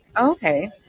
Okay